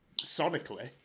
sonically